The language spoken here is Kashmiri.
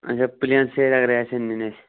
اَچھا پُلین سیرِ اگرَے آسٮ۪ن نِنہِ اَسہِ